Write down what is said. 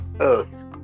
earth